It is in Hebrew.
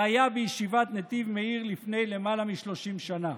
היה בישיבת נתיב מאיר לפני למעלה מ-30 שנה.